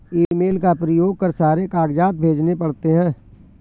email का प्रयोग कर सारे कागजात भेजने पड़ते हैं